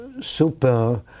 super